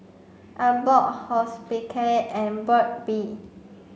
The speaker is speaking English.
Abbott Hospicare and Burt's bee